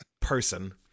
person